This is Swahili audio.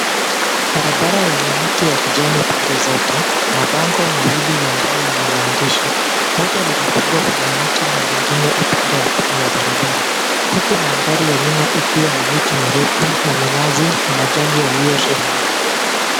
Barabara yenye miti ya kijani pande zote, mabango mawili ya mbao yenye maandishi. Moja limefungwa kwenye mti na lingine upande wa pili wa barabara. Huku mandhari ya nyuma ikiwa na miti mirefu ya minazi na majani yaliyoshehenani.